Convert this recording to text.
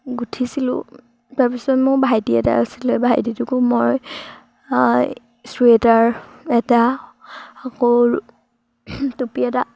গুঠিছিলোঁ তাৰপিছত মোৰ ভাইটি এটা আছিলে ভাইটিটোকো মই চুৱেটাৰ এটা আকৌ টুপি এটা